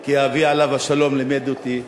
כי אבי עליו השלום לימד אותי: